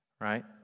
Right